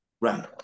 Right